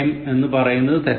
എന്ന് പറയുന്നത് തെറ്റാണ്